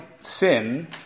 sin